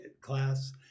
class